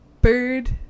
bird